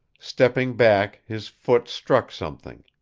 stepping back, his foot struck something.